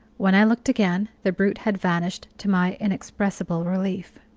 when i looked again the brute had vanished, to my inexpressible relief.